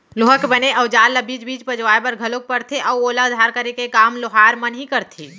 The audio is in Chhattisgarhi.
लोहा के बने अउजार ल बीच बीच पजवाय बर घलोक परथे अउ ओला धार करे के काम लोहार मन ही करथे